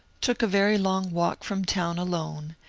took a very long walk from town alone,